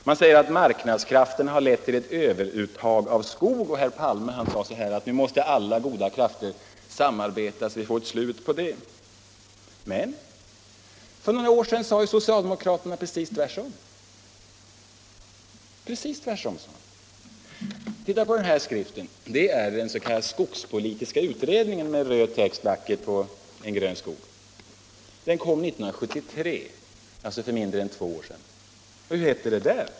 Man säger att marknadskrafterna har lett till överuttag av skog. Och herr Palme sade, att alla goda krafter måste samarbeta så att vi får ett slut på det. Men för några år sedan sade socialdemokraterna precis tvärtom. Se på den skrift som jag har här i min hand! Det är den s.k. skogs politiska utredningen, med vacker röd text på en bakgrund av grön skog. Den utkom 1973, alltså för inte mer än två år sedan. Och hur hette det där?